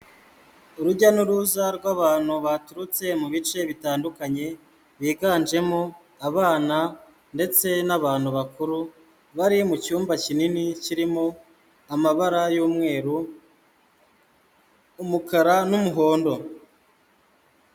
Urujya n'uruza rw'abantu baturutse mu bice bitandukanye, biganjemo abana ndetse n'abantu bakuru, bari mu cyumba kinini kirimo amabara y'umweru, umukara n'umuhondo.